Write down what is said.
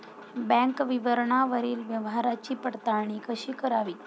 Bank विवरणावरील व्यवहाराची पडताळणी कशी करावी?